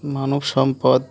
মানব সম্পদ